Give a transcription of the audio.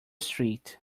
street